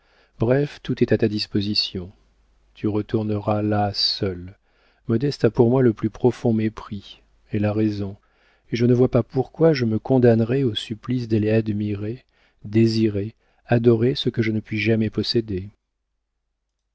bref tout est à ta disposition tu retourneras là seul modeste a pour moi le plus profond mépris elle a raison et je ne vois pas pourquoi je me condamnerais au supplice d'aller admirer désirer adorer ce que je ne puis jamais posséder